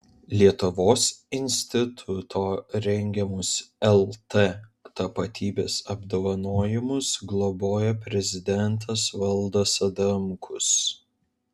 lietuvos instituto rengiamus lt tapatybės apdovanojimus globoja prezidentas valdas adamkus